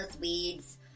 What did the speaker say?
weeds